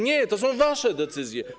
Nie, to są wasze decyzje.